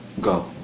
go